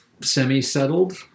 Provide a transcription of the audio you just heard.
semi-settled